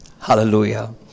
hallelujah